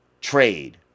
trade